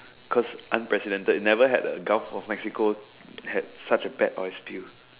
cause unprecedented it never had a Gulf of Mexico had such a bad oil spill